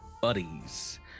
buddies